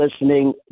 listening